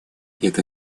это